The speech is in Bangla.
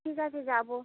ঠিক আছে যাব